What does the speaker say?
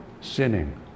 sinning